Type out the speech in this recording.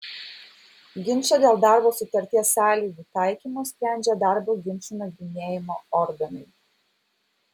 ginčą dėl darbo sutarties sąlygų taikymo sprendžia darbo ginčų nagrinėjimo organai